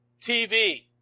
TV